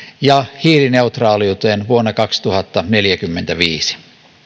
ja hiilineutraaliuteen vuonna kaksituhattaneljäkymmentäviisi